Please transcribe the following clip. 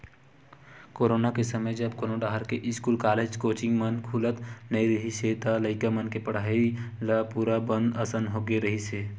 corona के समे जब कोनो डाहर के इस्कूल, कॉलेज, कोचिंग मन खुलत नइ रिहिस हे त लइका मन के पड़हई ल पूरा बंद असन होगे रिहिस हे